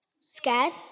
Scared